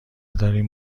داریم